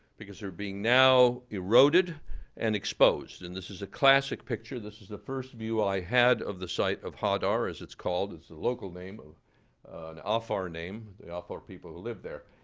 because they're being now eroded and exposed. and this is a classic picture. this is the first view i had of the site of hadar, as it's called. it's a local name an afar name, the afar people who live there.